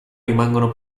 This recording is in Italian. rimangono